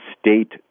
state